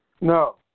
no